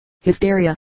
hysteria